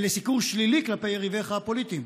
ולסיקור שלילי כלפי יריביך הפוליטיים,